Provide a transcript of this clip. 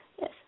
Yes